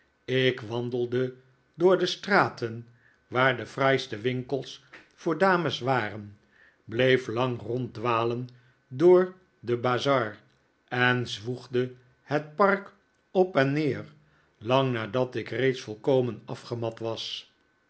ik wandelde door de straten waar de fraaiste winkels voor dames waren bleef lang ronddwalen door den bazaar en zwoegde het park op en neer lang nadat ik reeds volkomen afgemat was